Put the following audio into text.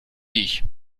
dich